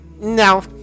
no